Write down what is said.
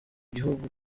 gihugu